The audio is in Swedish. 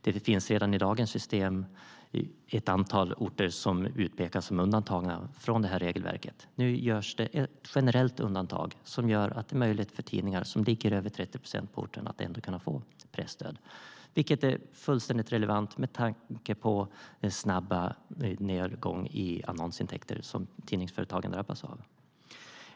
Det finns redan i dagens system ett antal orter som utpekas som undantagna från regelverket. Nu görs det ett generellt undantag som gör att det är möjligt för tidningar som ligger över 30 procent på orten att ändå kunna få presstöd. Det är fullständigt relevant med tanke på den snabba nedgång i annonsintäkter som tidningsföretagen drabbas av.